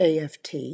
AFT